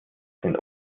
sind